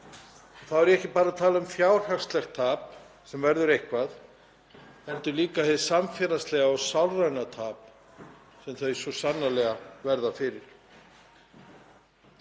Þá er ég ekki bara að tala um fjárhagslegt tap, sem verður eitthvað, heldur líka hið samfélagslega og sálræna tap sem þau svo sannarlega verða fyrir.